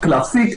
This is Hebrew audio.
--- קלסי,